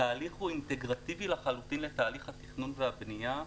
התהליך הוא אינטגרטיבי לחלוטין לתהליך התכנון והבנייה.